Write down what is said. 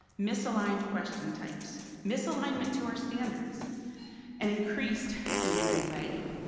misaligned question types, misalignment to our standards and increased student anxiety.